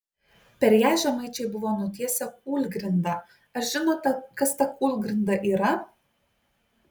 per ją žemaičiai buvo nutiesę kūlgrindą ar žinote kas ta kūlgrinda yra